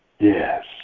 Yes